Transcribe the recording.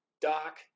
Doc